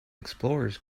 explorers